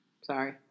Sorry